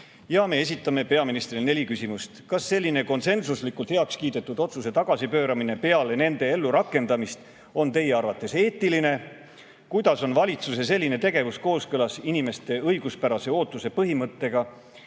Me esitame peaministrile neli küsimust. "Kas selline konsensuslikult heaks kiidetud otsuste tagasipööramine peale nende ellurakendamist on Teie arvates eetiline? Kuidas on valitsuse selline tegevus kooskõlas inimeste õiguspärase ootuse põhimõttega